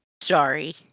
Sorry